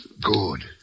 Good